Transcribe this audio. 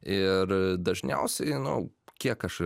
ir dažniausiai nu kiek aš